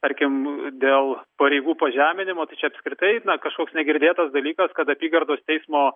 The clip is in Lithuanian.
tarkim dėl pareigų pažeminimo tai čia apskritai eina kažkoks negirdėtas dalykas kad apygardos teismo